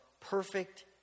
perfect